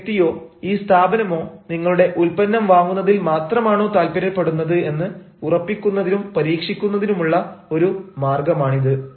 ഈ വ്യക്തിയോ ഈ സ്ഥാപനമോ നിങ്ങളുടെ ഉൽപ്പന്നം വാങ്ങുന്നതിൽ മാത്രമാണോ താൽപര്യപ്പെടുന്നത് എന്ന് ഉറപ്പിക്കുന്നതിനും പരീക്ഷിക്കുന്നതിനുമുള്ള ഒരു മാർഗ്ഗമാണിത്